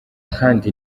kandi